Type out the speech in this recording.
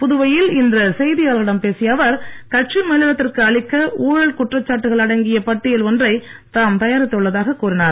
புதுவையில் இன்று செய்தியாளர்களிடம் பேசிய அவர் கட்சி மேலிடத்திற்கு அளிக்க குற்றச்சாட்டுகள் அடங்கிய பட்டியல் ஒன்றை ஊழல் தாம் தயாரித்துள்ளதாக கூறினார்